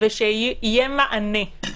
ושיהיה מענה.